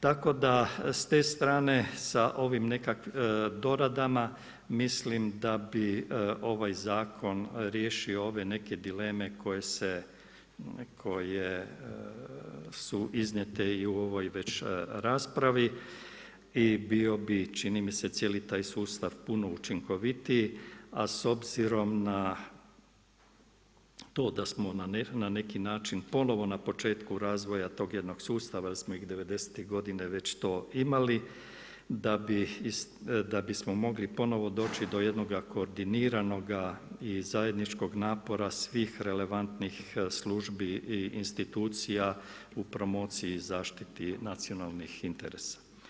Tako da ste strane sa ovim nekakvim doradama mislim da bi ovaj zakon riješio ove neke dileme koje su iznijete i u ovoj već raspravi i bio bi čini mi se, cijeli taj sustav puno učinkovitiji, a s obzirom na to da smo na neki način ponovno na početku razvoja tog jednog sustava jer smo devedesetih godina već to imali, da bismo mogli ponovno doći do jednoga koordiniranoga i zajedničkog napora svih relevantnih službi i institucija u promociji i zaštiti nacionalnih interesa.